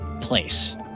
place